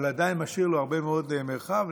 עדיין משאיר לו הרבה מאוד מרחב,